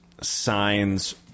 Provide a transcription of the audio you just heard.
signs